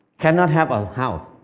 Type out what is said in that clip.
cannot have a house.